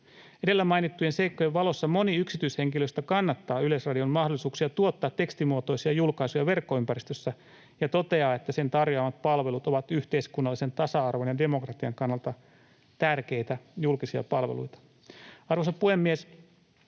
Edellä mainittujen seikkojen valossa moni yksityishenkilöistä kannattaa Yleisradion mahdollisuuksia tuottaa tekstimuotoisia julkaisuja verkkoympäristössä ja toteaa, että sen tarjoamat palvelut ovat yhteiskunnallisen tasa-arvon ja demokratian kannalta tärkeitä julkisia palveluita. Arvoisa puhemies!